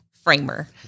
framer